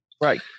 Right